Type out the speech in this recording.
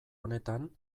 honetan